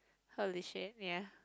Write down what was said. holy shit ya